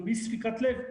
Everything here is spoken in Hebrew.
ואי ספיקת לב,